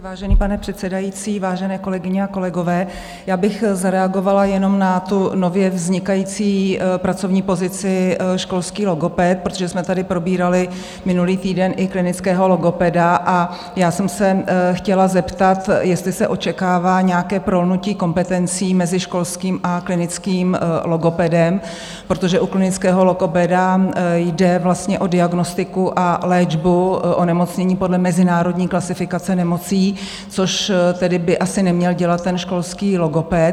Vážený pane předsedající, vážené kolegyně a kolegové, já bych zareagovala jenom na tu nově vznikající pracovní pozici školský logoped, protože jsme tady probírali minulý týden i klinického logopeda, a já jsem se chtěla zeptat, jestli se očekává nějaké prolnutí kompetencí mezi školským a klinickým logopedem, protože u klinického logopeda jde vlastně o diagnostiku a léčbu onemocnění podle mezinárodní klasifikace nemocí, což tedy by asi neměl dělat školský logoped.